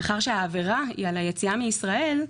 מאחר שהעבירה היא על יציאה מישראל,